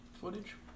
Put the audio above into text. footage